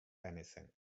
anything